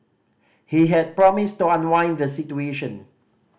he had promised to unwind the situation